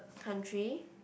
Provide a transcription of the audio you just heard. country